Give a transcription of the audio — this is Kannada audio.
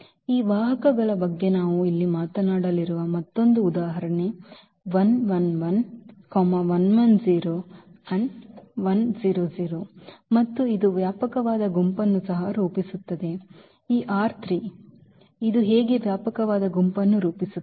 ಈ ವಾಹಕಗಳ ಬಗ್ಗೆ ನಾವು ಇಲ್ಲಿ ಮಾತನಾಡಲಿರುವ ಮತ್ತೊಂದು ಉದಾಹರಣೆ ಮತ್ತು ಇದು ವ್ಯಾಪಕವಾದ ಗುಂಪನ್ನು ಸಹ ರೂಪಿಸುತ್ತದೆ ಈ ಇದು ಹೇಗೆ ವ್ಯಾಪಕವಾದ ಗುಂಪನ್ನು ರೂಪಿಸುತ್ತದೆ